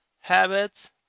Habits